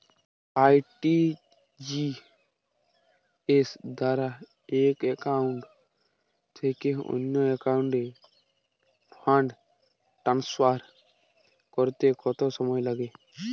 RTGS দ্বারা এক account থেকে অন্য একাউন্টে ফান্ড ট্রান্সফার করতে কত সময় লাগে?